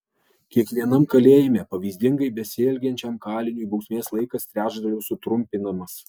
kiekvienam kalėjime pavyzdingai besielgiančiam kaliniui bausmės laikas trečdaliu sutrumpinamas